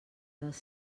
dels